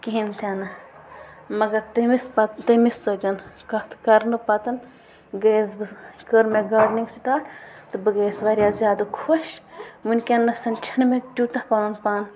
کِہیٖنۍ تِنہٕ مگر تٔمِس پَتہٕ تٔمِس سۭتۍ کَتھ کرنہٕ پَتہٕ گٔیَس بہٕ کٔر مےٚ گاڈنِنٛگ سِٹاٹ تہٕ بہٕ گٔیَس واریاہ زیادٕ خۄش وٕنۍکٮ۪نَس چھَنہٕ مےٚ تیوٗتاہ پَنُن پان